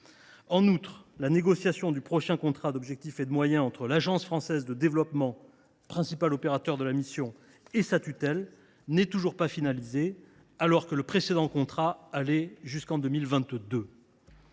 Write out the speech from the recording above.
lieu, la négociation du prochain contrat d’objectifs et de moyens (COM) entre l’Agence française de développement (AFD), principal opérateur de la mission, et sa tutelle n’est toujours pas finalisée, alors que le précédent contrat allait jusqu’en 2022.